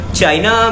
China